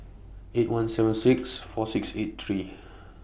eight one seven six four six eight three